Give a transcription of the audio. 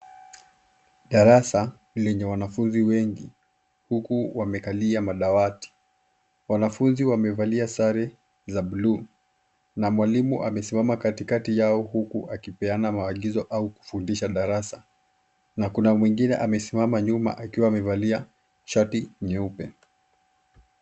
Darasa lenye wanafunzi wengi huku wamekalia madawati. Wanafunzi wamevalia sare za bluu na mwalimu amesimama katikati yao huku akipeana maagizo au kufundisha darasa na kuna mwingine amesimama nyuma akiwa amevalia shati nyeupe.